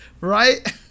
Right